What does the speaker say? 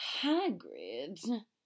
Hagrid